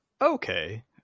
Okay